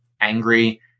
angry